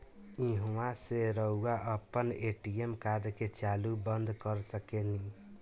ईहवा से रऊआ आपन ए.टी.एम कार्ड के चालू बंद कर सकेनी